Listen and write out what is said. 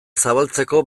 zabaltzeko